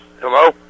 Hello